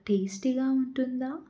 టేస్టీగా ఉంటుందా